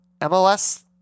MLS